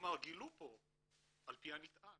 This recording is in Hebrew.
כלומר גילו פה על פי הנטען,